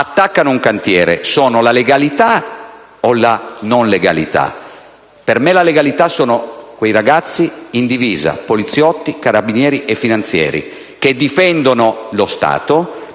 attaccano un cantiere, sono la legalità o la non legalità? Per me, la legalità sono quei ragazzi in divisa: poliziotti, carabinieri e finanzieri, che difendono lo Stato